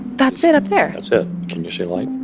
that's it up there that's it. can you see light?